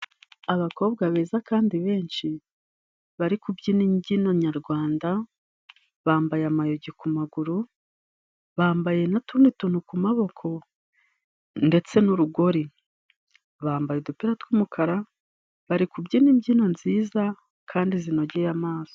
Abakobwa beza kandi benshi bari kubyina imbyino nyarwanda, bambaye amayogi ku maguru bambaye n'utundi tuntu ku maboko, ndetse n'urugori bambaye udupira tw'umukara, barikubyina imbyino nziza kandi zinogeye amaso.